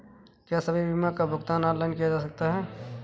क्या सभी बीमा का भुगतान ऑनलाइन किया जा सकता है?